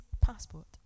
passport